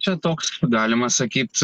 čia toks galima sakyt